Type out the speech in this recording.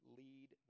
lead